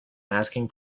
asking